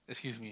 excuse me